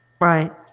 Right